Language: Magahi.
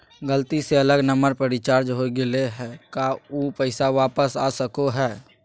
गलती से अलग नंबर पर रिचार्ज हो गेलै है का ऊ पैसा वापस आ सको है?